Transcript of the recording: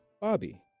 Bobby